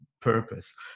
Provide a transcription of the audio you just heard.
purpose